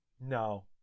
No